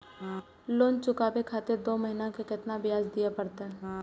Loan चुकाबे खातिर दो महीना के केतना ब्याज दिये परतें?